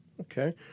Okay